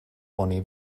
oni